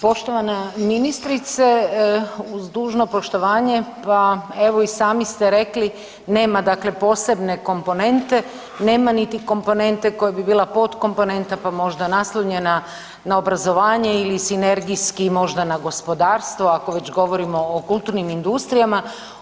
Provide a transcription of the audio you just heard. Poštovana ministrice uz dužno poštovanje, pa evo i sami ste rekli nema dakle posebne komponente, nema niti komponente koja bi bila podkomponenta pa možda naslonjena na obrazovanje ili sinergijski možda na gospodarstvo ako već govorimo o kulturnim industrijama.